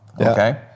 okay